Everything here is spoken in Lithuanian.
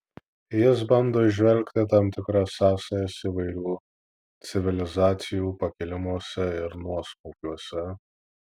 jis bando įžvelgti tam tikras sąsajas įvairių civilizacijų pakilimuose ir nuosmukiuose